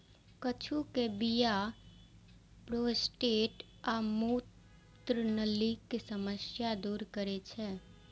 कद्दू के बीया प्रोस्टेट आ मूत्रनलीक समस्या दूर करै छै